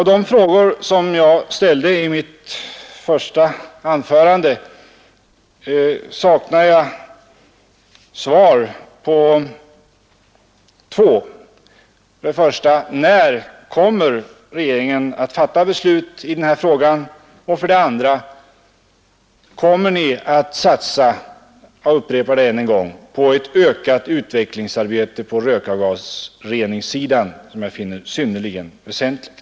Av de frågor som jag ställde i mitt första anförande saknar jag svar på två. För det första: När kommer regeringen att fatta beslut i denna fråga? För det andra: Kommer regeringen att satsa — jag upprepar det än en gång — på ett ökat utvecklingsarbete i fråga om rökgasrening, något som jag finner synnerligen väsentligt?